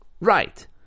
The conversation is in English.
right